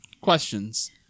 questions